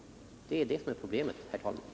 Det är det som är problemet, herr talman.